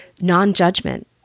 non-judgment